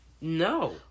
No